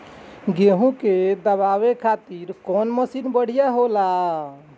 गेहूँ के दवावे खातिर कउन मशीन बढ़िया होला?